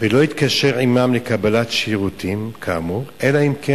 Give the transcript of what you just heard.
ולא יתקשר עמם לקבלת שירות כאמור אלא אם כן